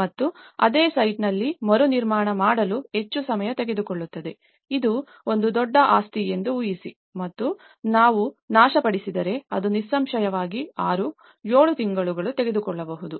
ಮತ್ತು ಅದೇ ಸೈಟ್ನಲ್ಲಿ ಮರುನಿರ್ಮಾಣ ಮಾಡಲು ಹೆಚ್ಚು ಸಮಯ ತೆಗೆದುಕೊಳ್ಳುತ್ತದೆ ಇದು ಒಂದು ದೊಡ್ಡ ಆಸ್ತಿ ಎಂದು ಊಹಿಸಿ ಮತ್ತು ನೀವು ನಾಶಪಡಿಸಿದರೆ ಅದು ನಿಸ್ಸಂಶಯವಾಗಿ 6 7 ತಿಂಗಳುಗಳು ತೆಗೆದುಕೊಳ್ಳಬಹುದು